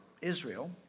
Israel